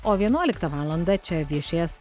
o vienuoliktą valandą čia viešės